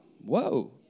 Whoa